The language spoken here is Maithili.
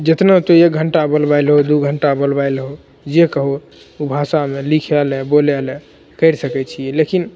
जतना तू एक घण्टा बोलबै लहो दुइ घण्टा बोलबै लहो जे कहो भाषामे लिखैले बोलैले करि सकै छिए लेकिन